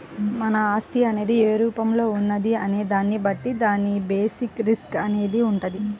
మన ఆస్తి అనేది ఏ రూపంలో ఉన్నది అనే దాన్ని బట్టి దాని బేసిస్ రిస్క్ అనేది వుంటది